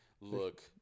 Look